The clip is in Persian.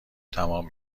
تمام